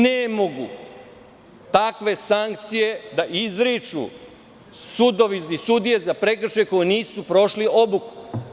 Ne mogu takve sankcije da izriču sudovi i sudije za prekršaje koji nisu prošli obuku.